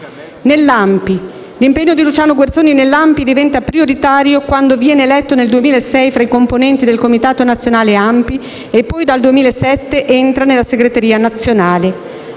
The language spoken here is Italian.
Nell'ANPI, l'impegno di Luciano Guerzoni diventa prioritario quando viene eletto nel 2006 tra i componenti del comitato nazionale ANPI e poi, dal 2007, entra nella segreteria nazionale.